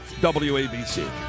WABC